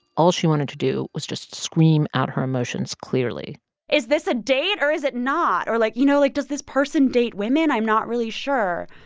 all she wanted to do was just scream out her emotions clearly is this a date, or is it not? or, like you know, like, does this person date women? i'm not really sure.